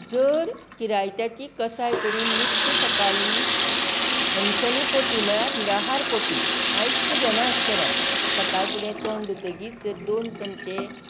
जर किरायत्याची कसाय करून नित्य सकाळीं अन्चनी पोटी म्हळ्यार निराहार पोटी कांयच घेनासतना सकाळ फुडें तोंड धुतगीत जर दोन चमचे